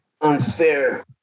unfair